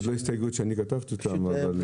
והשלישית היא הסתייגות לסעיף 14לא. מי